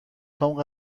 کام